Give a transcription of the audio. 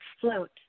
float